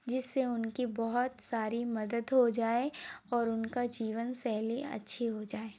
जिस से उनकी बहुत सारी मदद हो जाए और उनकी जीवन शैली अच्छी हो जाए